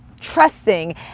trusting